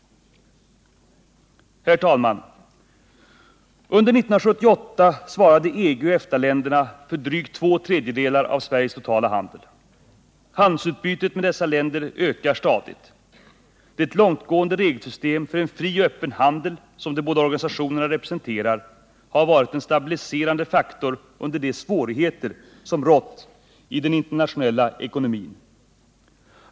Herr talman! Under 1978 svarade EG och EFTA-länderna för drygt två tredjedelar av Sveriges totala handel. Handelsutbytet med dessa länder ökar stadigt. Det långtgående regelsystem för en fri och öppen handel som de båda organisationerna representerar har varit en stabiliserande faktor under de svårigheter som rått i den internationella ekonomin.